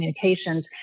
communications